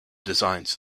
designs